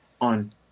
on